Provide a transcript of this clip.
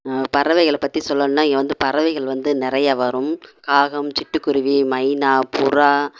பறவைகளை பற்றி சொல்லணும்னா இங்கே வந்து பறவைகள் வந்து நிறையா வரும் காகம் சிட்டுக்குருவி மைனா புறா